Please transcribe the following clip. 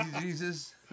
Jesus